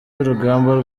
y’urugamba